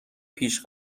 پیش